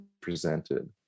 presented